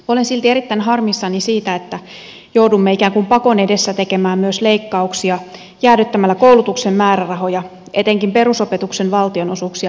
olen silti erittäin harmissani siitä että joudumme ikään kuin pakon edessä tekemään myös leikkauksia jäädyttämällä koulutuksen määrärahoja etenkin perusopetuksen valtionosuuksia ensi vuoden osalta